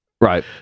Right